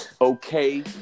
okay